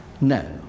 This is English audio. No